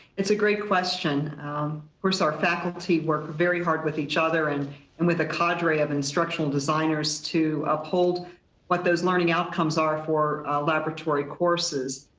it's a great question. of um course our faculty work very hard with each other and and with a cadre of instructional designers to uphold what those learning outcomes are for laboratory courses.